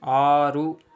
ఆరు